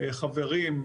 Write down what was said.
חברים,